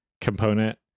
component